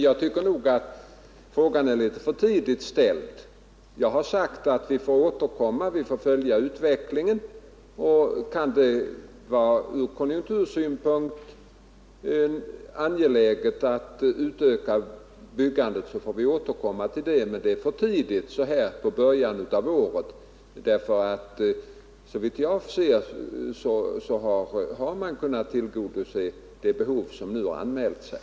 Jag tycker att frågan om ökat byggande är litet för tidigt ställd. Vi får följa utvecklingen, och om det ur konjunktursynpunkt kan vara angeläget att utöka byggandet får vi återkomma till det. Men det är för tidigt att ta ställning så här i början av året, ty såvitt jag kan se har man kunnat tillgodose det byggbehov som nu har anmält sig.